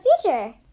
future